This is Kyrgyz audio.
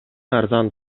арзан